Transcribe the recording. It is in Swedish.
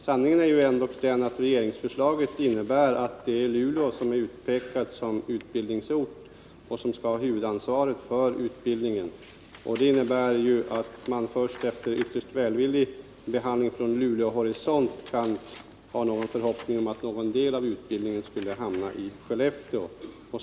Sanningen är ändock den att regeringsförslaget innebär att det är Luleå som utpekas som utbildningsort och att det är Luleå som skall ha huvudansvaret för utbildningen. Det innebär ju att man först efter ytterst välvillig behandling från Luleå horisont kan ha några förhoppningar om att någon del av utbildningen skulle hamna i Skellefteå.